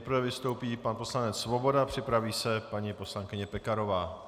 Nejprve vystoupí pan poslanec Svoboda, připraví se paní poslankyně Pekarová.